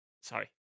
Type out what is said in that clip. Sorry